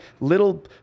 little